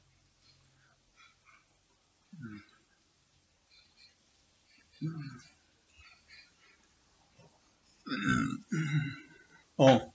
oh